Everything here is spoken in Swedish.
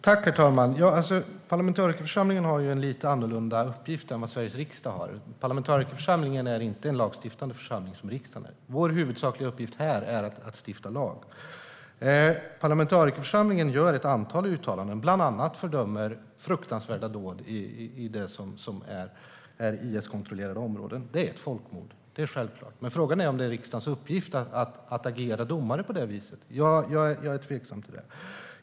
Herr talman! Parlamentarikerförsamlingen har en lite annorlunda uppgift än vad Sveriges riksdag har. Parlamentarikerförsamlingen är inte en lagstiftande församling som riksdagen är. Vår huvudsakliga uppgift här är att stifta lag. Parlamentarikerförsamlingen gör ett antal uttalanden. Bland annat fördömer man fruktansvärda dåd i IS-kontrollerade områden. Det är ett folkmord; det är självklart. Frågan är om det är riksdagens uppgift att agera domare på det viset. Jag är tveksam till det.